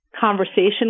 conversation